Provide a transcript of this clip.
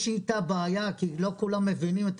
יש איתה בעיה כי לא כולם מבינים את